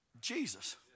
Jesus